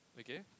okay